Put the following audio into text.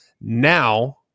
Now